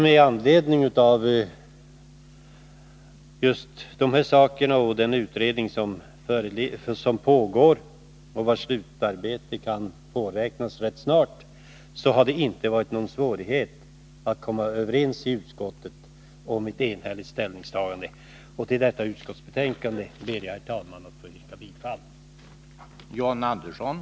Med anledning av just de här förhållandena och med hänsyn till den utredning som pågår och vars slutarbete kan påräknas rätt snart har det inte varit svårt att komma överens i utskottet om ett enhälligt ställningstagande. Jag ber, herr talman, att få yrka bifall till utskottets hemställan.